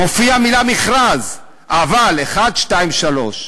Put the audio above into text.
מופיעה המילה מכרז, אבל 1, 2, 3,